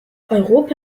europa